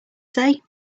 say